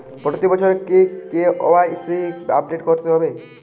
প্রতি বছরই কি কে.ওয়াই.সি আপডেট করতে হবে?